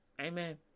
Amen